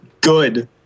good